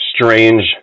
strange